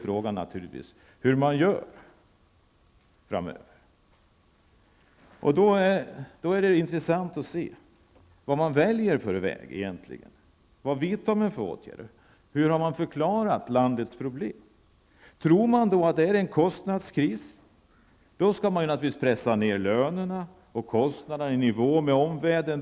Frågan är hur man skall göra framöver. Det är intressant att se vilken väg man väljer och vilka åtgärder man skall vidta. Hur har man förklarat landets problem? Om man tror att det är en kostnadskris skall man naturligtvis pressa ned lönerna och kostnaderna i nivå med omvärlden.